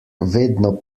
vedno